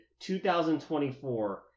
2024